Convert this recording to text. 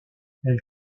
elle